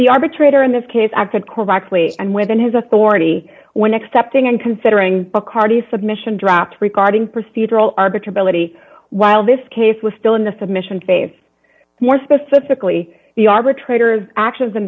the arbitrator in this case acted correctly and within his authority when accepting and considering bacardi submission dropped regarding procedural arbiter ability while this case was still in the submission favor more specifically the arbitrator's actions in